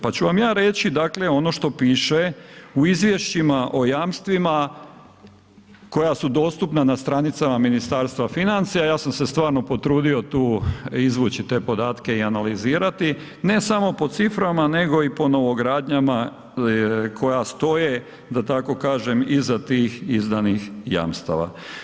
Pa ću vam ja reći ono što piše u izvješćima o jamstvima koja su dostupna na stranicama Ministarstva financija, ja sam se stvarno potrudio tu izvući te podatke i analizirati, ne samo po ciframa nego i po novogradnjama koja stoje da tako kažem iza tih izdanih jamstava.